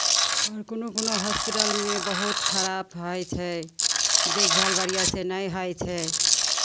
आओर कोनो कोनो हॉस्पिटलमे बहुत खराब होइ छै देखभाल बढ़िआँसँ नहि होइ छै